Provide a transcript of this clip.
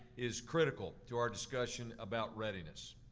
is critical to our discussion about readiness.